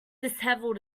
dishevelled